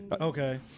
Okay